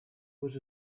was